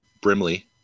Brimley